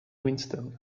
winston